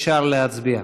אפשר להצביע.